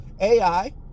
AI